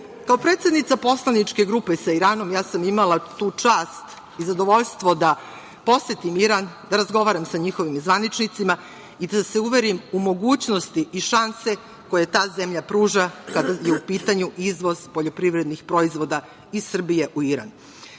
predsednica Poslaničke grupe sa Iranom, ja sam imala tu čast i zadovoljstvo da posetim Iran, da razgovaram sa njihovim zvaničnicima i da se uverim u mogućnosti i šanse koje ta zemlja pruža kada je u pitanju izvoz poljoprivrednih proizvoda iz Srbije u